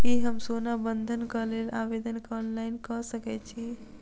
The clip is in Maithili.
की हम सोना बंधन कऽ लेल आवेदन ऑनलाइन कऽ सकै छी?